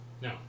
No